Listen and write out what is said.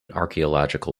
archaeological